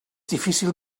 difícil